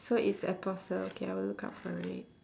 so it's apostle okay I will look out for it